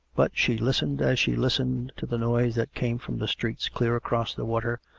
but she listened as she listened to the noise that came from the streets clear across the water,